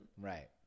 Right